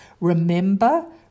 Remember